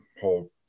whole